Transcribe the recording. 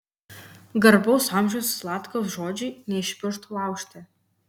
garbaus amžiaus zlatkaus žodžiai ne iš piršto laužti